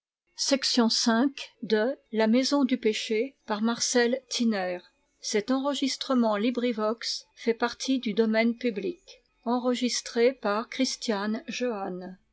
à la maison du péché